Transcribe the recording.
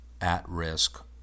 at-risk